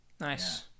Nice